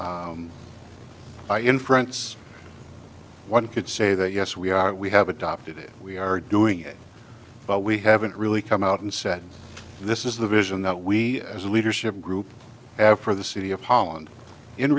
by inference one could say that yes we are we have adopted it we are doing it but we haven't really come out and said this is the vision that we as a leadership group after the city of holland in